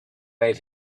made